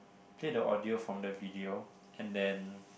play the audio from the video and then